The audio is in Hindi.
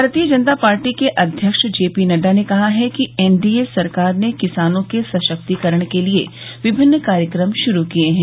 भारतीय जनता पार्टी के अध्यक्ष जे पी नड्डा ने कहा है कि एनडीए सरकार ने किसानों के सशक्तिकरण के लिए विभिन्न कार्यक्रम श्रू किए हैं